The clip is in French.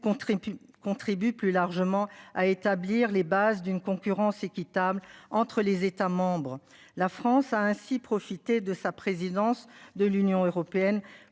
contribue plus largement à établir les bases d'une concurrence équitable entre les États membres. La France a ainsi profiter de sa présidence de l'Union européenne